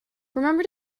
remember